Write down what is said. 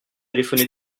téléphoner